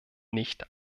nicht